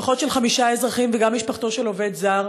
משפחות של חמישה אזרחים וגם משפחתו של עובד זר